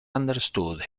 understood